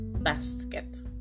basket